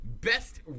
Best